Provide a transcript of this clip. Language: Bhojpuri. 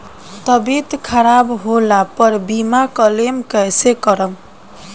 तबियत खराब होला पर बीमा क्लेम कैसे करम?